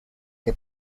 que